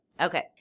Okay